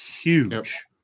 Huge